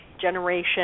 generation